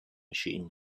machine